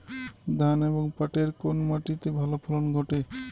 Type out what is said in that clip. ধান এবং পাটের কোন মাটি তে ভালো ফলন ঘটে?